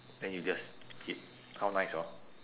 then you just eat how nice hor